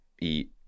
eat